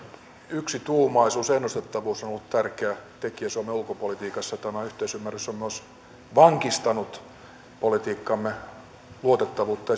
yksituumaisuus ennustettavuus on ollut tärkeä tekijä suomen ulkopolitiikassa tämä yhteisymmärrys on myös vankistanut politiikkamme luotettavuutta